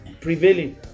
prevailing